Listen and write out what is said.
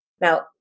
Now